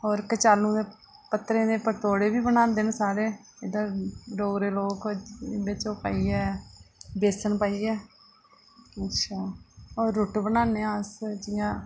होर कचालू दे पत्तरें दे परतोड़े बी बनांदे न साढ़े इद्धर डोगरे लोक बिच ओह् पाइयै बेसन पाइयै अच्छा होर रुट्ट बनान्ने आं अस जि'यां